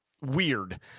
weird